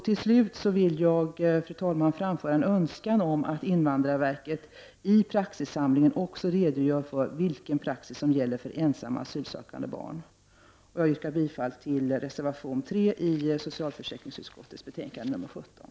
Till slut, fru talman, framför jag en önskan om att invandrarverket i sin praxissamling också redogör för den praxis som gäller ensamma asylsökande barn. Jag yrkar bifall till reservation 3 i socialförsäkringsutskottets betänkande 17.